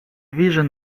vision